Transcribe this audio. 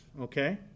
okay